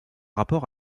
rapport